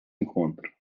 encontra